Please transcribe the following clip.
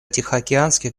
тихоокеанских